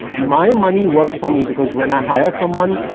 my money works for me because when i hire someone,